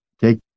take